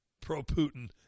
Pro-Putin